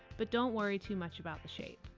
but don't worry too much about the shape.